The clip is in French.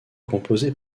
composée